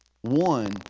One